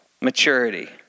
maturity